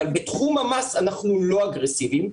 אבל בתחום המס אנחנו לא אגרסיביים.